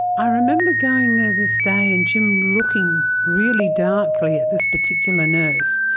i remember going there this day and jim looking really darkly at this particular nurse.